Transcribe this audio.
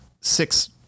six